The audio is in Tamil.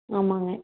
ஆமாங்க